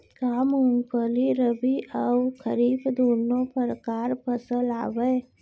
का मूंगफली रबि अऊ खरीफ दूनो परकार फसल आवय?